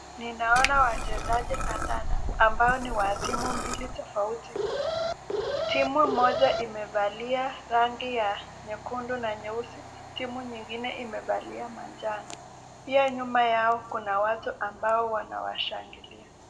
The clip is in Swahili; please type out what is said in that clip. Ninaona wachezaji kandanda ambao ni wa timu mbili tofauti. Timu moja imevalia rangi ya nyekundu na nyeusi timu nyingine imevalia manjano. Pia nyuma yao kuna watu ambao wanawashangilia.